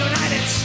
United